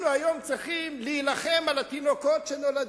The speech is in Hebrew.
אנחנו היום צריכים להילחם על התינוקות שנולדים,